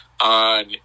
on